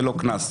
ולא קנס.